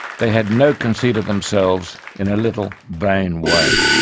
they had no conceit of themselves in a little, vain way,